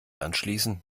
anschließen